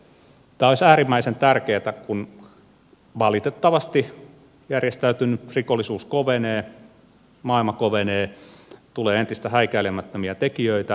tämä olisi äärimmäisen tärkeätä kun valitettavasti järjestäytynyt rikollisuus kovenee maailma kovenee tulee entistä häikäilemättömämpiä tekijöitä tänne